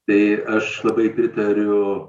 tai aš labai pritariu